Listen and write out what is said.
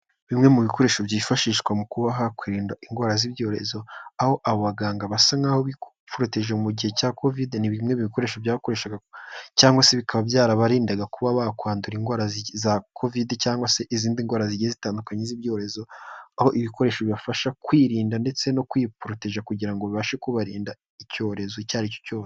Bimwe mu bikoresho byifashishwa mu kuba hakwirindwa indwara z'ibyorezo aho abo baganga basa n'aho bifoteje mu gihe cya covid. Ni bimwe mu bikoresho byakoreshwa cyangwa se bikaba byarabarindaga kuba bakwandura indwara ya covid cyangwa se izindi ndwara zitandukanye z'ibyorezo aho ibikoresho bibafasha kwirinda ndetse no kwipoteja kugirango bibashe kubarinda icyorezo icyo ari cyo cyose.